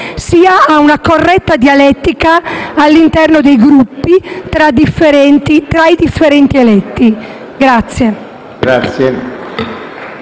sia a una corretta dialettica all'interno dei Gruppi, tra i differenti eletti.